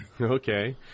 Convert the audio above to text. Okay